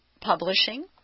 publishing